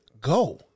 go